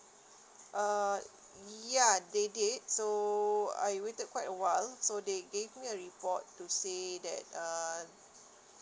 uh ya they did so I waited quite awhile so they gave me a report to say that uh